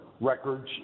records